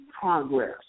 progress